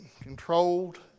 controlled